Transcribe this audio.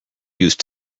used